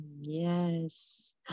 yes